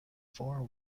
four